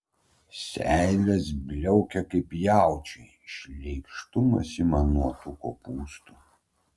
seilės bliaukia kaip jaučiui šleikštumas ima nuo tų kopūstų